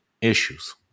issues